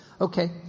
Okay